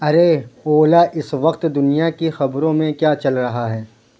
ارے اولا اس وقت دنیا کی خبروں میں کیا چل رہا ہے